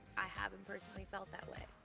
i haven't personally felt that way.